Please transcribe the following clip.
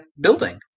building